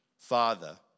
Father